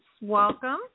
welcome